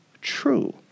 true